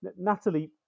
Natalie